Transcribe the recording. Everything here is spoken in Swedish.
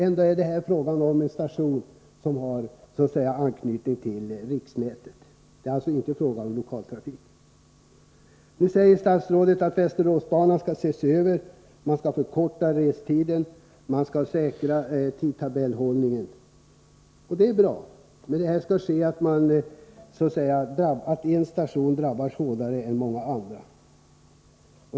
Ändå är det fråga om en station som har anknytning till riksnätet — det är alltså inte fråga om någon lokaltrafik. Nu säger statsrådet att Västeråsbanan skall ses över: man skall förkorta restiden och man skall säkra tidtabellshållningen. Och det är bra. Men här skall det ske genom att en station drabbas hårdare än många andra.